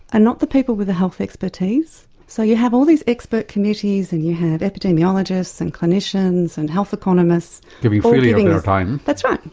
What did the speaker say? and not the people with the health expertise. so you have all these expert committees and you have epidemiologists, and clinicians and health economists. giving freely of their time. that's right.